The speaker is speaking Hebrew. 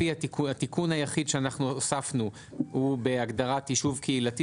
התיקון היחיד שהוספנו הוא בהגדרת "יישוב קהילתי",